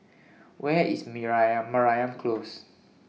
Where IS Mariam Close